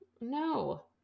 No